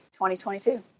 2022